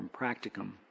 practicum